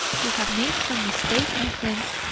you have made some mistake, my friends.